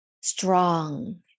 strong